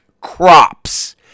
Crops